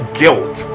guilt